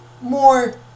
more